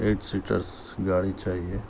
at seaters گاڑی چاہیے